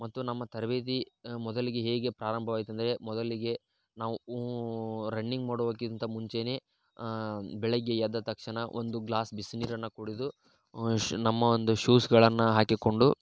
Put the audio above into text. ಮತ್ತು ನಮ್ಮ ತರಬೇತಿ ಮೊದಲಿಗೆ ಹೇಗೆ ಪ್ರಾರಂಭವಾಯಿತು ಅಂದರೆ ಮೊದಲಿಗೆ ನಾವು ರನ್ನಿಂಗ್ ಮಾಡುವಕ್ಕಿಂತ ಮುಂಚೆ ಬೆಳಗ್ಗೆ ಎದ್ದ ತಕ್ಷಣ ಒಂದು ಗ್ಲಾಸ್ ಬಿಸಿನೀರನ್ನು ಕುಡಿದು ಶೂ ನಮ್ಮ ಒಂದು ಶೂಸ್ಗಳನ್ನು ಹಾಕಿಕೊಂಡು